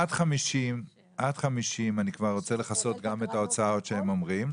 עד 50 אני כבר רוצה לכסות גם את ההוצאות שהם אומרים,